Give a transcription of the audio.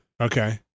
Okay